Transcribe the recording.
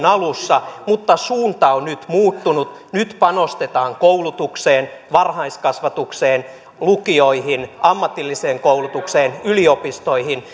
alussa mutta suunta on nyt muuttunut nyt panostetaan koulutukseen varhaiskasvatukseen lukioihin ammatilliseen koulutukseen yliopistoihin